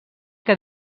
que